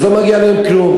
אז לא מגיע להם כלום.